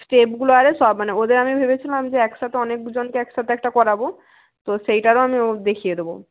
স্টেপগুলো আরে সব মানে ওদের আমি ভেবেছিলাম যে একসাথে অনেকজনকে একসাথে একটা করাব তো সেইটারও আমি ও দেখিয়ে দেব